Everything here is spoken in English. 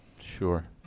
sure